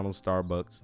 Starbucks